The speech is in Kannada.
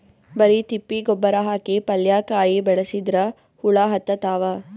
ಬರಿ ತಿಪ್ಪಿ ಗೊಬ್ಬರ ಹಾಕಿ ಪಲ್ಯಾಕಾಯಿ ಬೆಳಸಿದ್ರ ಹುಳ ಹತ್ತತಾವ?